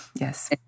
Yes